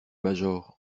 major